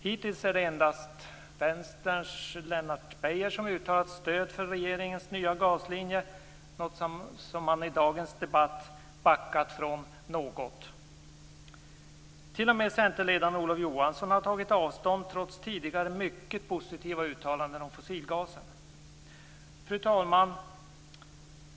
Hittills är det endast vänsterns Lennart Beijer som uttalat stöd för regeringens nya gaslinje, något som han i dagens debatt något backat från. T.o.m. centerledaren Olof Johansson har tagit avstånd trots tidigare mycket positiva uttalanden om fossilgasen. Fru talman!